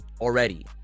already